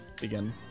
begin